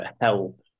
Help